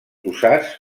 usats